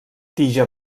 tija